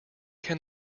can